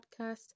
Podcast